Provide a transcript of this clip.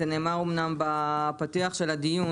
זה נאמר אמנם בפתיח של הדיון,